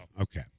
Okay